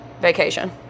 vacation